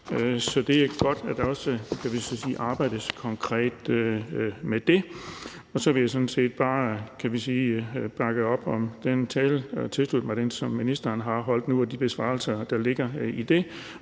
Så det er godt, at der også arbejdes konkret med det. Så vil jeg sådan set bare bakke op om den tale, som ministeren lige har holdt, og de besvarelser, der ligger i det,